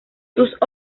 sus